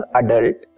adult